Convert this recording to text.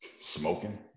Smoking